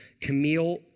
Camille